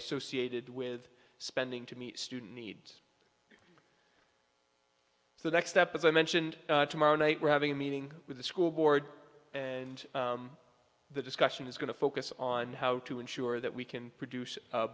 associated with spending to meet student needs so the next step of the mentioned tomorrow night we're having a meeting with the school board and the discussion is going to focus on how to ensure that we can produce a